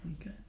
Okay